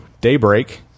Daybreak